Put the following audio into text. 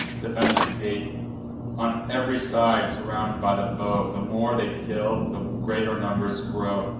defends the gate on ev'ry side surrounded by the foe, the more they kill, the greater numbers grow